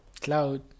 cloud